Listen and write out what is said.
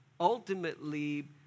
Ultimately